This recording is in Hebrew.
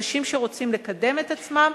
אנשים שרוצים לקדם את עצמם,